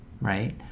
right